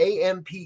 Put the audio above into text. AMP